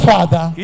Father